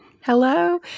Hello